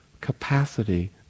capacity